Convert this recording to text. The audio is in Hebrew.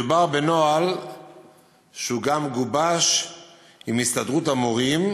מדובר בנוהל שגם גובש עם הסתדרות המורים,